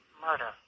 murder